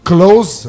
Close